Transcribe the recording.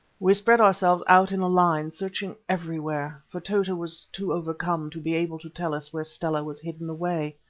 we spread ourselves out in a line, searching everywhere, for tota was too overcome to be able to tell us where stella was hidden away.